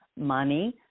money